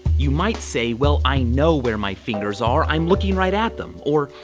you might say, well, i know where my fingers are. i'm looking right at them. or,